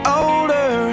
older